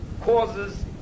causes